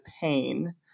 pain